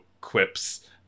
quips